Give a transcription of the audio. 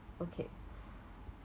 okay